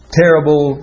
terrible